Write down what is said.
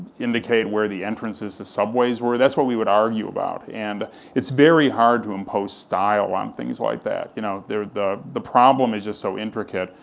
indicate where the entrances to subways were, that's what we would argue about, and it's very hard to impose style on things like that, you know the the problem is just so intricate,